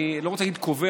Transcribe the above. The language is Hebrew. אני לא רוצה להגיד קובע,